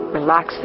relax